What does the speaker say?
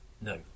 no